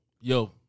Yo